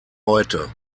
heute